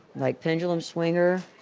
like pendulum swinger.